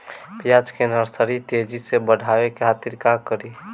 प्याज के नर्सरी तेजी से बढ़ावे के खातिर का करी?